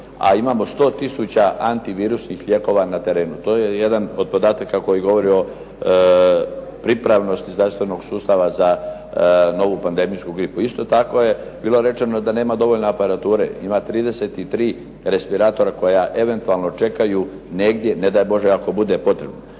a imamo 100 tisuća antivirusnih lijekova na terenu. To je jedan od podataka koji govori o pripravnosti zdravstvenog sustava za novu pandemijsku gripu. Isto tako je bilo rečeno da nema dovoljno aparature. Ima 33 respiratora koja eventualno čekaju negdje, ne daj Bože ako bude potrebno.